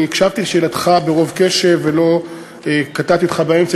אני הקשבתי לשאלתך ברוב קשב ולא קטעתי אותך באמצע.